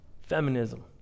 feminism